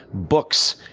books,